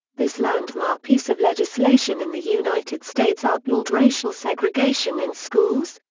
this landmark piece of legislation in the united states outlawed racial segregation in schools,